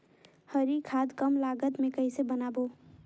हरी खाद कम लागत मे कइसे बनाबो?